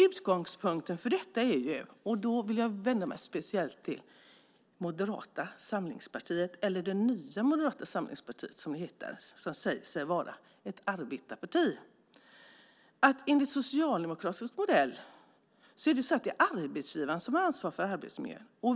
Utgångspunkten är - jag vänder mig då speciellt till Nya moderaterna, som säger sig vara ett arbetarparti - att enligt socialdemokratisk modell är det arbetsgivaren som har ansvar för arbetsmiljön.